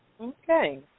Okay